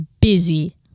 Busy